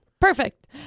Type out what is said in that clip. Perfect